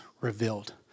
revealed